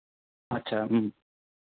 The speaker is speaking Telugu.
అచ్చా